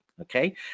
okay